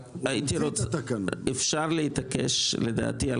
אפשר להתעקש לדעתי,